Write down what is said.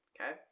Okay